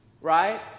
Right